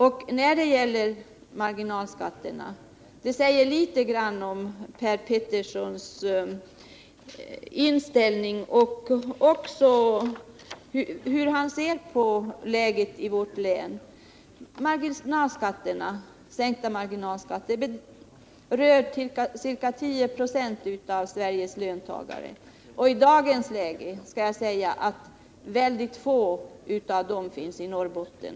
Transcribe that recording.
Det Per Petersson säger om marginalskatterna visar litet av hans inställning och hur han ser på läget i vårt län. Sänkta marginalskatter berör ca 10 26 av Sveriges löntagare, och i dagens läge finns väldigt få av dem i Norrbotten.